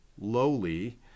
lowly